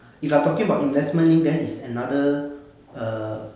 if you are talking about investment linked then it's another err